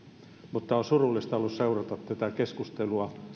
mutta on ollut surullista seurata tätä keskustelua